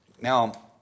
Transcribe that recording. Now